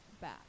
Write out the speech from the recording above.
back